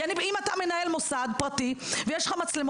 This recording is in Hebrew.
כי אם אתה מנהל מוסד פרטי ויש לך מצלמות